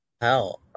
Hell